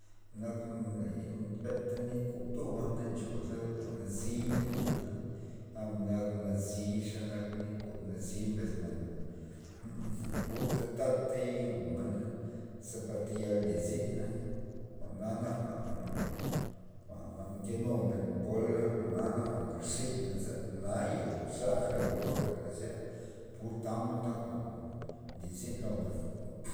Nak le ben nit kob tuba na nchod jwa'n naziy na nchoda gab na nixa gab na kon nazi mbesna purta tatey jwu'mena ze tayal lizina jwa'na nak jwa'n nke numen pola jwa'na nak jwa'n nlir zyn za men jwa'naya nzo xala jwa'n nzo pur tamod jwa'n nli zyn lomen.